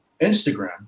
Instagram